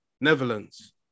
Netherlands